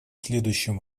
следующим